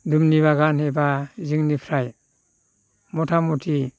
दुमलि बागान एबा जोंनिफ्राय मथा मथि